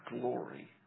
glory